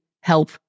help